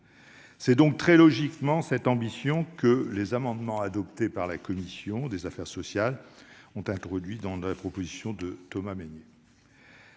C'est donc, très logiquement, cette ambition que les amendements adoptés par la commission des affaires sociales ont introduite dans la proposition de Thomas Mesnier.